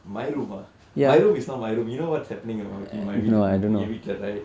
my room ah my room is not my room you know what's happening or not in my வீட்டு என் வீட்டில:viitu en vittila right